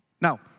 Now